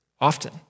often